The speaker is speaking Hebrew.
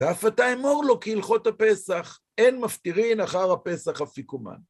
ואף אתה אמור לו כי הלכות הפסח, אין מפטירין אחר הפסח אפיקומן.